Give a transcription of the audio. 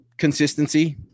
consistency